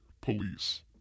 Police